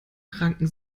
ranken